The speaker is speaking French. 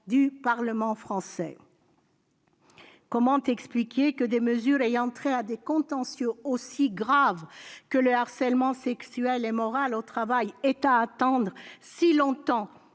le Parlement français ... Comment expliquer que des mesures ayant trait à des contentieux aussi graves que le harcèlement sexuel et moral au travail aient à attendre si longtemps